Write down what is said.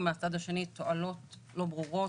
ומהצד השני תועלות לא ברורות,